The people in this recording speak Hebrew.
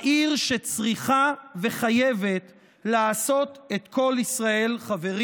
העיר שצריכה וחייבת לעשות את כל ישראל חברים.